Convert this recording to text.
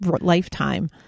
lifetime